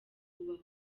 ubaho